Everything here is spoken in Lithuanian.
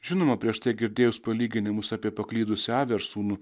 žinoma prieš tai girdėjus palyginimus apie paklydusią avį ar sūnų